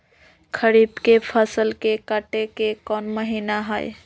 खरीफ के फसल के कटे के कोंन महिना हई?